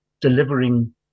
delivering